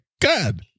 Good